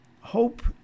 hope